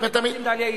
עם דליה איציק.